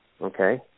Okay